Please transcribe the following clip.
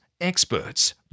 experts